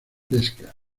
pesca